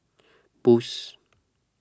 Boost